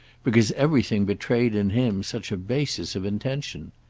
because everything betrayed in him such a basis of intention.